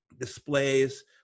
displays